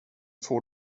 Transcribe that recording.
får